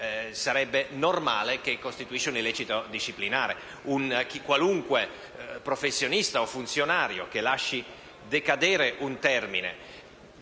Sarebbe normale che ciò costituisse un illecito disciplinare. Qualunque professionista o funzionario che lasciasse decadere un termine